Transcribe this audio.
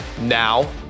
Now